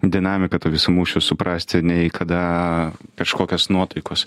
dinamiką tų visų mūšių suprasti nei kada kažkokios nuotaikos